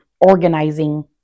organizing